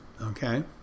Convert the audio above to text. Okay